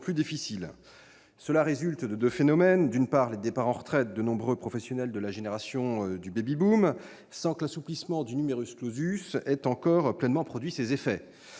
plus difficile. Cela résulte de deux phénomènes : d'une part, les départs à la retraite de nombreux professionnels de la génération du baby-boom sans que l'assouplissement du ait encore pleinement produit ses effets-